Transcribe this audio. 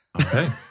okay